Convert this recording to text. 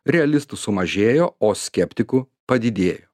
realistų sumažėjo o skeptikų padidėjo